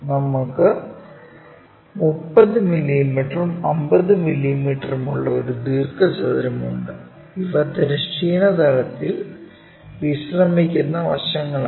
നമ്മൾക്ക് 30 മില്ലീമീറ്ററും 50 മില്ലീമീറ്ററും ഉള്ള ഒരു ദീർഘചതുരം ഉണ്ട് ഇവ തിരശ്ചീന തലത്തിൽ വിശ്രമിക്കുന്ന വശങ്ങളാണ്